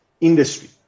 industry